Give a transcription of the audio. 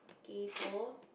kaypoh